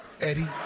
Eddie